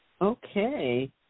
Okay